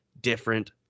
different